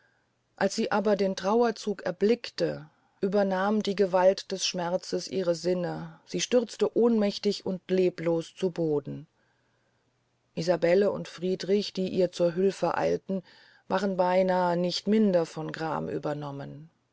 als sie aber den trauerzug erblickte übernahm die gewalt des schmerzes ihre sinne sie stürzte ohnmächtig und leblos zu boden isabelle und friedrich die ihr zu hülfe eilten waren beynahe nicht minder von gram übernommen